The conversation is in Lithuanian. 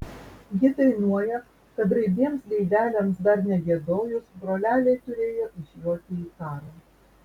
ji dainuoja kad raibiems gaideliams dar negiedojus broleliai turėjo išjoti į karą